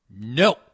No